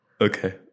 Okay